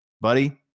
buddy